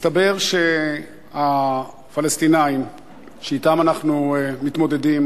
מסתבר שהפלסטינים שאתם אנחנו מתמודדים,